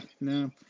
no